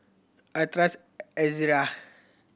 I trust Ezerra